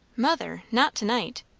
mother! not to-night.